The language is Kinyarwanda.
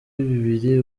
bibiri